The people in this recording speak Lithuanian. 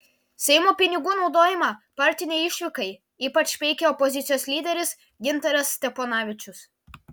seimo pinigų naudojimą partinei išvykai ypač peikė opozicijos lyderis gintaras steponavičius